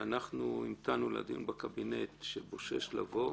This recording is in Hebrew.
ואנחנו המתנו לדיון בקבינט שבושש לבוא.